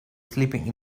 sleeping